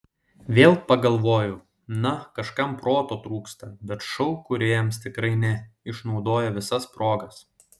vėl pagalvojau na kažkam proto trūksta bet šou kūrėjams tikrai ne išnaudoja visas progas